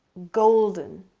golden